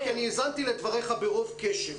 כי אני האזנתי לדבריך ברוב קשב.